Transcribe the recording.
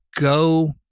Go